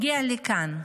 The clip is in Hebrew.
הגיע לכאן.